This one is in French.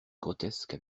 grotesques